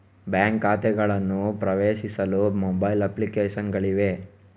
bank ಖಾತೆಗಳನ್ನು ಪ್ರವೇಶಿಸಲು mobile application ಗಳಿವೆ